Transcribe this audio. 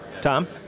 Tom